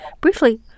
Briefly